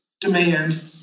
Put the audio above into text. demand